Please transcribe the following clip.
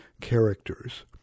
characters